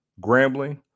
grambling